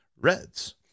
reds